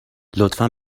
لطفا